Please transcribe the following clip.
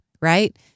right